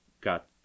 got